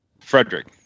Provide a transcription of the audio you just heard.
Frederick